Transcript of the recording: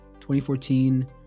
2014